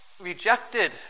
rejected